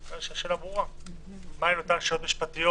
נראה לי שהשאלה ברורה: מהן אותן שאלות משפטיות